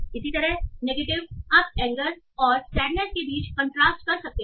इसी तरह नेगेटिव आप एंगर और सैडनेस के बीच कंट्रास्ट कर सकते हैं